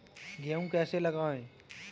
गेहूँ कैसे लगाएँ?